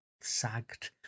sagged